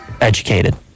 Educated